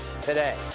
today